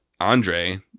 Andre